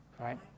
right